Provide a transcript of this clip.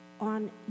on